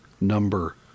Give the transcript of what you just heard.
Number